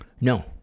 No